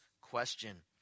question